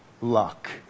luck